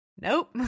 Nope